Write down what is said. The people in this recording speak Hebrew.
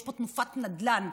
יש פה תנופת נדל"ן,